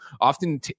often